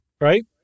right